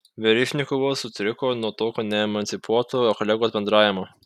verižnikovas sutriko nuo tokio neemancipuoto kolegos bendravimo